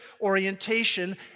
orientation